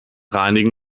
reinigen